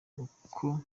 uko